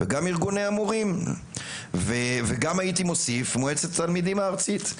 ארגוני המורים ומועצת התלמידים הארצית.